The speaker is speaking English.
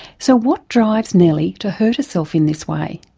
so what drives nellie to hurt herself in this way?